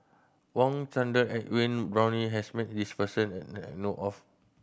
Wang Chunde Edwin Brown has met this person I know of